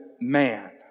man